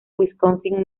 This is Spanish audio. wisconsin